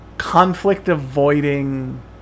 conflict-avoiding